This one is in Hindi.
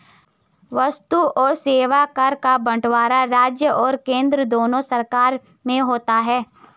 वस्तु और सेवा कर का बंटवारा राज्य और केंद्र दोनों सरकार में होता है